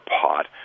pot